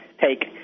take